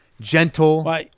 Gentle